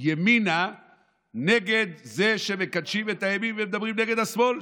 ימינה נגד זה שמקדשים את הימין ומדברים נגד השמאל.